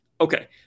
Okay